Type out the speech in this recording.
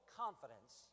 confidence